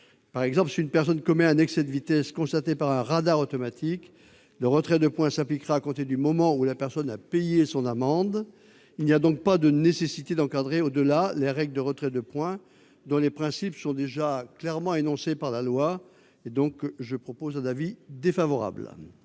Par exemple, si une personne commet un excès de vitesse constaté par un radar automatique, le retrait de points s'applique à compter du moment où la personne a payé son amende. Il n'est donc pas nécessaire d'encadrer davantage les règles en matière de retrait de points, dont les principes sont déjà clairement énoncés par la loi. J'émets donc un avis défavorable